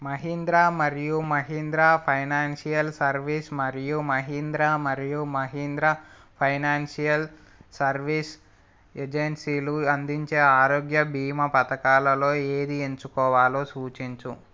మహీంద్రా మరియు Mahindra Financial Service మరియు మహీంద్రా మరియు మహీంద్రా ఫైనాన్షియల్ సర్వీసస్ ఏజన్సీలు అందించే ఆరోగ్య భీమా పథకాలలో ఏది ఎంచుకోవాలో సూచించు